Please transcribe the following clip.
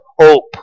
hope